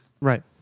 Right